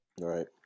right